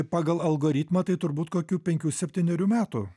pagal algoritmą tai turbūt kokių penkių septynerių metų